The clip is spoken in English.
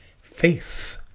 Faith